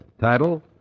Title